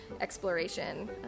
exploration